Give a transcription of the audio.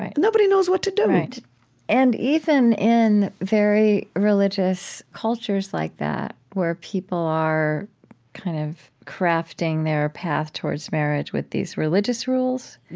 ah nobody knows what to do and even in very religious cultures like that, where people are kind of crafting their path towards marriage with these religious rules,